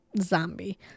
zombie